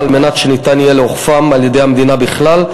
על מנת שניתן יהיה לאוכפם על-ידי המדינה בכלל,